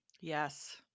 Yes